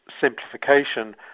simplification